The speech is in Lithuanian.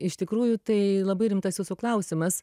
iš tikrųjų tai labai rimtas jūsų klausimas